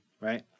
right